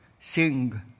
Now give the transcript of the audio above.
sing